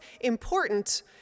important